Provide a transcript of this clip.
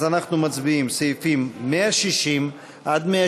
אז אנחנו מצביעים על סעיפים 160 163,